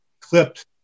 clipped